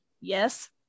yes